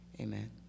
amen